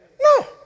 No